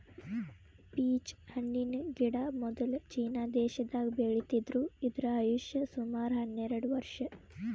peach ಹಣ್ಣಿನ್ ಗಿಡ ಮೊದ್ಲ ಚೀನಾ ದೇಶದಾಗ್ ಬೆಳಿತಿದ್ರು ಇದ್ರ್ ಆಯುಷ್ ಸುಮಾರ್ ಹನ್ನೆರಡ್ ವರ್ಷ್